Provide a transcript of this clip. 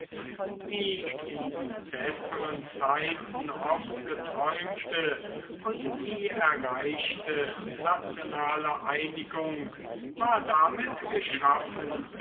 die in besseren zeiten oft geträumte und nie erreichte nationale einigung war damit geschaffen